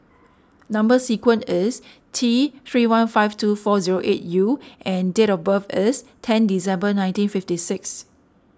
Number Sequence is T three one five two four zero eight U and date of birth is ten December nineteen fifty six